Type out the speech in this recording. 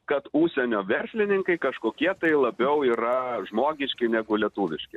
kad užsienio verslininkai kažkokie tai labiau yra žmogiški negu lietuviški